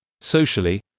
Socially